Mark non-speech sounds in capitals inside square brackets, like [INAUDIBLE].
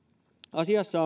asiassa [UNINTELLIGIBLE]